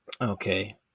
Okay